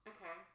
Okay